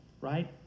Right